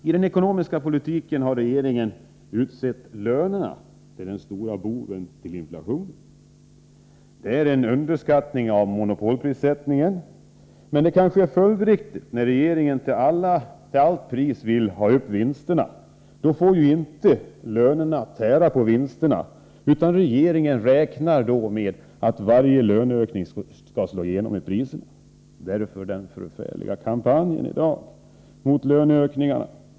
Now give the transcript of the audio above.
I den ekonomiska politiken har regeringen utsett lönerna till den stora boven till inflationen. Det är en underskattning av monopolprissättningen, men det är kanske följdriktigt i och med att regeringen till varje pris vill få upp vinsterna. Då får ju inte lönerna tära på vinsterna, utan regeringen räknar med att varje löneökning skall slå igenom på priserna; därför dagens förfärliga kampanj mot löneökningarna.